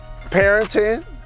parenting